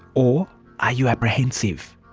or are you apprehensive?